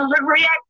react